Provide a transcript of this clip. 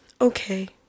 okay